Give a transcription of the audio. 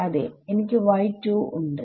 അതെ എനിക്ക് ഉണ്ട്